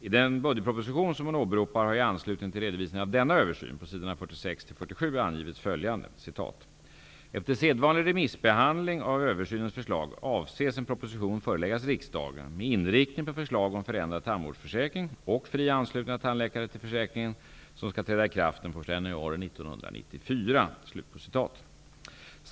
I den budgetproposition som hon åberopar har i anslutning till redovisningen av denna översyn på s. 46--47 angivits följande: ''Efter sedvanlig remissbehandling av översynens förslag avses en proposition föreläggas riksdagen med inriktning på förslag om förändrad tandvårdsförsäkring och fri anslutning av tandläkare till försäkringen som skall träda i kraft den 1 januari 1994.''